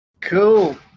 Cool